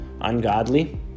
ungodly